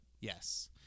Yes